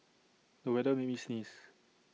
the weather made me sneeze